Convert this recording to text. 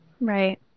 Right